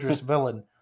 villain